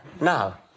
Now